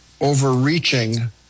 overreaching